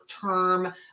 term